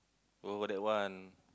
oh that one